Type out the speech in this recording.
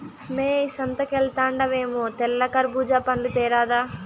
మ్మే సంతకెల్తండావేమో తెల్ల కర్బూజా పండ్లు తేరాదా